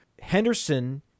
Henderson